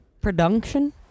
Production